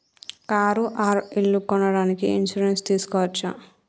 Car or ఇల్లు కొనడానికి insurance తీస్కోవచ్చా?